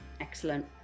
Excellent